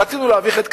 רצינו להביך את קדימה,